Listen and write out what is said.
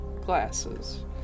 glasses